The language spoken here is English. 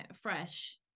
fresh